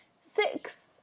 six